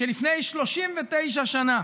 שלפני 39 שנה